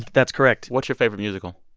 that's correct what's your favorite musical?